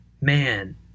man